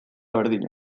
berdina